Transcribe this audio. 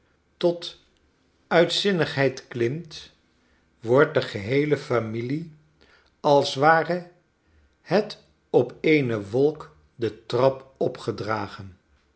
tot uitzinnigheid klimt wordt de geheele familie als ware het op eene wolk de trap opgedragen